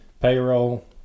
payroll